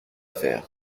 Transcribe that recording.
faire